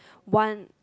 one